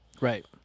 Right